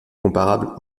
comparable